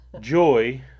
Joy